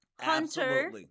Hunter